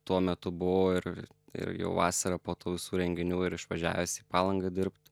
tuo metu buvau ir ir ir jau vasarą po tų visų renginių ir išvažiavęs į palangai dirbt